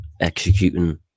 executing